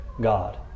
God